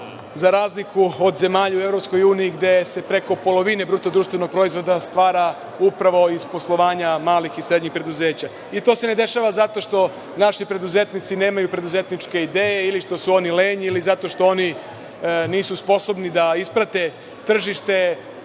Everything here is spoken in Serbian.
za razliku od zemalja u EU, gde se preko polovine BDP stvara upravo iz poslovanja malih i srednjih preduzeća. To se ne dešava zato što naši preduzetnici nemaju preduzetničke ideje, ili što su oni lenji, ili zato što oni nisu sposobni da isprate tržište,